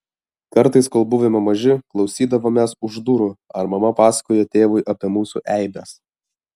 kartais kol buvome maži klausydavomės už durų ar mama pasakoja tėvui apie mūsų eibes